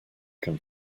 can